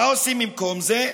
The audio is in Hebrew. מה עושים במקום זה?